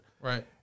right